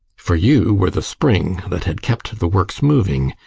for you were the spring that had kept the works moving,